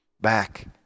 back